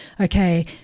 okay